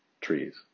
trees